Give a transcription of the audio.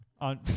On